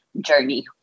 journey